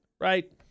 right